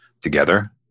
together